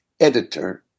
editor